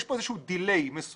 יש פה איזה שהוא דיליי מסוים,